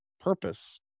purpose